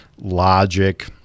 logic